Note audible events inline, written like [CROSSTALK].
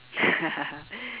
[LAUGHS]